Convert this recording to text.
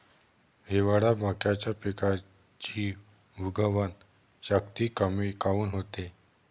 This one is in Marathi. हिवाळ्यात मक्याच्या पिकाची उगवन शक्ती कमी काऊन होते?